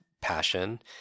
passion